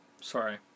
Sorry